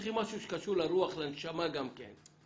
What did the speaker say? צריכים משהו שקשור לרוח, לנשמה גם כן.